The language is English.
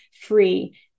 free